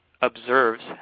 observes